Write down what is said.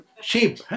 sheep